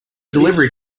delivery